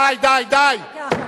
די, די, די.